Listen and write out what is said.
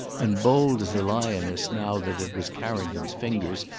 and bold as a lioness now that it was carrington's fingers,